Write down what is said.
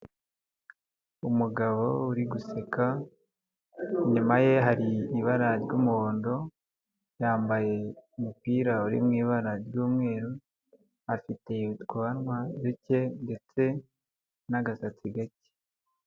Umugabo uri guseka inyuma ye hari ibara ry'umuhondo yambaye umupira uri mw'ibara ry'umweru afite ibitwanwa duke ndetse n'agasatsi gake.